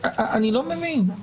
אני לא מבין.